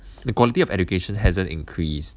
the quality of education hasn't increased